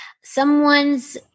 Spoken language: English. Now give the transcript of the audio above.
someone's